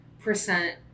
percent